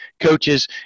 coaches